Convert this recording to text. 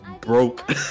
broke